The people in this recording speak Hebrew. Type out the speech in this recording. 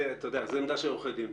זה עמדה של עורכי דין.